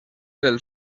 del